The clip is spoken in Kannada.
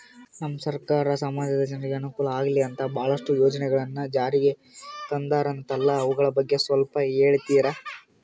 ನಮ್ಮ ಸರ್ಕಾರ ಸಮಾಜದ ಜನರಿಗೆ ಅನುಕೂಲ ಆಗ್ಲಿ ಅಂತ ಬಹಳಷ್ಟು ಯೋಜನೆಗಳನ್ನು ಜಾರಿಗೆ ತಂದರಂತಲ್ಲ ಅವುಗಳ ಬಗ್ಗೆ ಸ್ವಲ್ಪ ಹೇಳಿತೀರಾ?